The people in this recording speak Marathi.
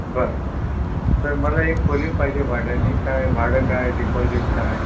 बरं तर मला एक खोली पाहिजे भाड्याने काय भाडं काय डिपॉजिट काय